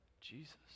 Jesus